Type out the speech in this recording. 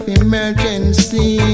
emergency